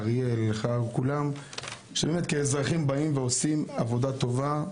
אריאל אלחרר וכולם באמת כאזרחים באים ועושים עבודה טובה,